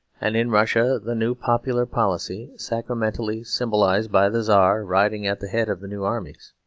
and in russia the new popular policy sacramentally symbolised by the czar riding at the head of the new armies.